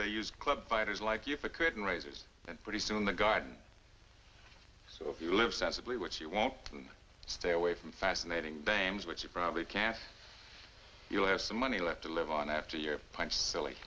they used club fighters like you couldn't raises and pretty soon the garden so if you live sensibly which you won't stay away from fascinating dames which you probably can't you'll have some money left to live on after your punch silly